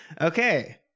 okay